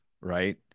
right